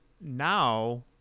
now